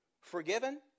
Forgiven